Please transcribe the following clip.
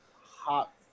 hot